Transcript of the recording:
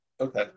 Okay